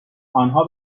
آنها